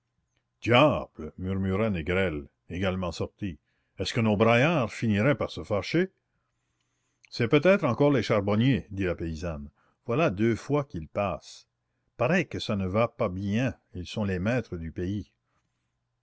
diable murmura négrel également sorti est-ce que nos braillards finiraient par se fâcher c'est peut-être encore les charbonniers dit la paysanne voilà deux fois qu'ils passent paraît que ça ne va pas bien ils sont les maîtres du pays